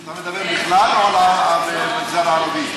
אתה מדבר בכלל או על המגזר הערבי?